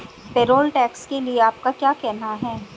Payroll tax के लिए आपका क्या कहना है?